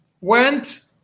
went